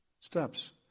steps